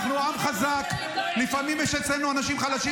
אנחנו עם חזק, ולפעמים יש אצלנו אנשים חלשים.